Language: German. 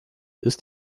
ist